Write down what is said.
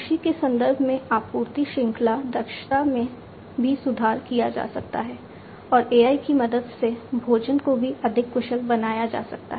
कृषि के संदर्भ में आपूर्ति श्रृंखला दक्षता में भी सुधार किया जा सकता है और AI की मदद से भोजन को भी अधिक कुशल बनाया जा सकता है